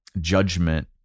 judgment